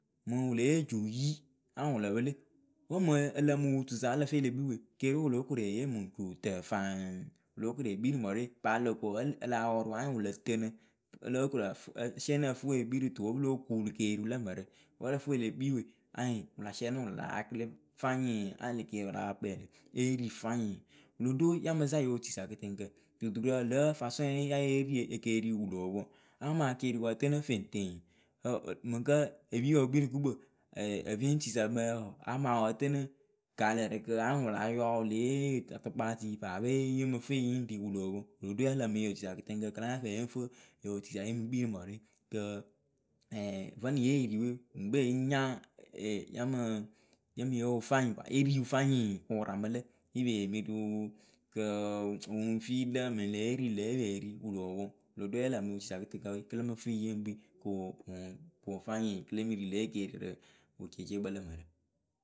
Mɨŋ wɨle yee juyi anyɩŋ wɨ lǝ pɨlɨ. wǝ mɨŋ ǝ lǝǝmɨ wɨ tusa wǝ ǝ lǝ felekpii we keriwe wɨ lóo koreyee mɨŋ jutǝ faŋ wɨlo kore kpii rɨ mɨrɨwe paa lǝko ǝlɨ ǝla pɔrʊ anyɩŋ wɨ lǝ tǝnǝ. olokorǝ ǝfɨ siɛnɩ ǝfɨwʊ ekpii rɨ tuwe pɨlo kuulu keriwu lǝ mǝrǝ wǝ ǝlǝ fɨwʊ ele kpii we anyɩŋ wɨ la sɩɛnɩ wɨla yakɩlɩ fanyɩŋ aʊɩŋ lë keriwu wɨ la pa kpɛlǝ eri fanyɩŋ wɨlo ɖo ya mɨ za yoo tuisa kɨtɨŋkǝ dudurǝ lǝ̌ fasɔŋye yayeeri ekeri wɨ loo poŋ a maa keriwu ǝtɨnɨ feŋteŋ Mɨŋkǝ epiipǝ pɨ kpii rɨ gukpǝ ǝpɩŋ tuisa mǝyǝǝ wɔɔ a maawɔ ǝtɨnɨ gaalǝrɨkǝ anyɩŋ wɨla yɔ wɨle yee atʊkpatui paape yɨŋ mɨ fɩyɩ yɨŋ ɖi wɨ loo poŋ. wɨlo ɖo yǝ lǝmɨ yotuisa kɨtɨŋkǝ; k:j la nyafɛ yɩŋ fɨ yotuisa yɨŋ kpii rɨ mǝrɨwe kɨ vǝnɨ yeeri we wɨŋkpe ŋnya ee yǝmɨ yemɨ yeewʊ fanyɩŋ eriwu fanyɩŋ kɨ wɨ ramɨlǝ ye pee mɨ riwu kɨ wɨŋ filǝ mɨŋ lǝ ye ri lǝ ye pee ri wɨ loo poŋ. wɨlo ɖo yǝ lǝmɨ yotuisa kɨtɨŋkǝ we kɨ lǝmɨ fɨyɩ yeŋ kpii kɨ wɨŋ poŋ fanyɩŋ kɨ le miri lě ekerirɨ wɨ ceeceekpǝ lǝ mǝrǝ.